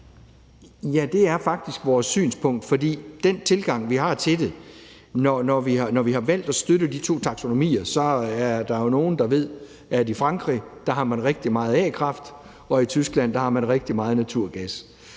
Ja, det er faktisk vores synspunkt med den tilgang, vi har til det, og vi har valgt at støtte de to taksonomier. Der er jo nogle, der ved, at i Frankrig har man rigtig meget a-kraft, og i Tyskland har man rigtig meget naturgas.